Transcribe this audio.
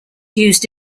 used